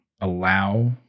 allow